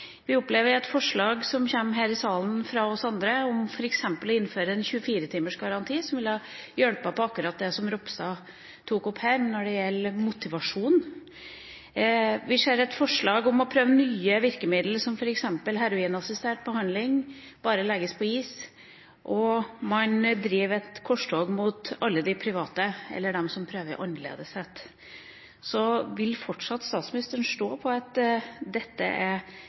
Vi opplever at forslag som kommer her i salen fra oss andre, f.eks. om å innføre en 24-timersgaranti, ville ha hjulpet på akkurat det som Ropstad tok opp når det gjelder motivasjon. Vi ser at forslag om å prøve nye virkemidler, som f.eks. heroinassistert behandling, bare legges på is, og man driver et korstog mot alle de private, eller dem som prøver å være annerledes. Vil statsministeren fortsatt stå på at dette er